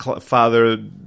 father